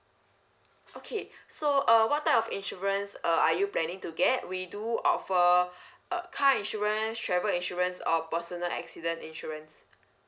okay so uh what type of insurance uh are you planning to get we do offer uh car insurance travel insurance or personal accident insurance